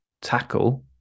tackle